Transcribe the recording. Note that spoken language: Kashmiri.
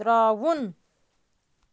ترٛاوُن